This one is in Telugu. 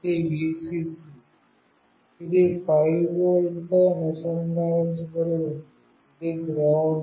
ఇది Vcc ఇది 5 వోల్ట్తో అనుసంధానించబడి ఉంది